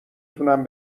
تونم